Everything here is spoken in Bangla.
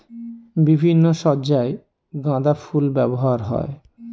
বিভিন্ন সজ্জায় গাঁদা ফুল ব্যবহার হয়